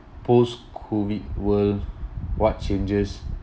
post-COVID world what changes